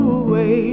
away